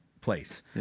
place